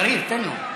יריב, תן לו.